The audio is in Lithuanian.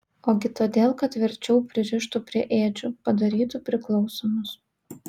ogi todėl kad tvirčiau pririštų prie ėdžių padarytų priklausomus